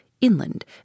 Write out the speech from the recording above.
inland